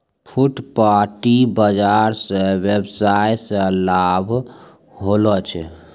फुटपाटी बाजार स वेवसाय मे लाभ होलो छै